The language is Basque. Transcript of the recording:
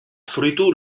fruitu